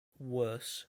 worse